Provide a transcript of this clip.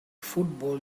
football